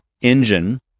engine